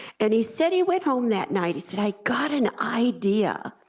and he said he went home that night, he said i got an idea,